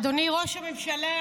אדוני ראש הממשלה,